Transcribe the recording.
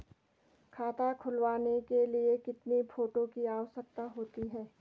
खाता खुलवाने के लिए कितने फोटो की आवश्यकता होती है?